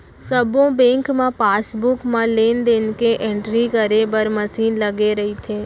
सब्बो बेंक म पासबुक म लेन देन के एंटरी करे बर मसीन लगे रइथे